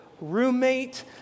roommate